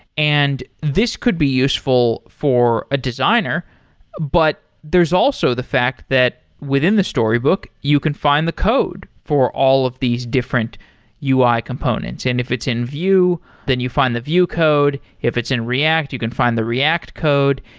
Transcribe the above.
and this could be useful for a designer but there's also the fact that within the storybook, you can find the code for all of these different ui components. and if it's in vue, then you find the vue code. if it's in react, you can find the react code.